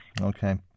Okay